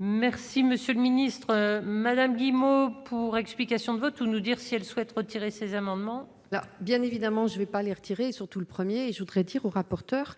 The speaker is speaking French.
Merci monsieur le ministre madame Guillemot pour explication de vote où nous dire si elle souhaite retirer ces amendements. Alors, bien évidemment, je ne vais pas les retirer et surtout le 1er et je voudrais dire au rapporteur,